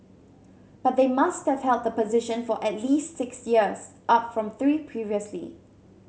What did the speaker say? but they must have held the position for at least six years up from three previously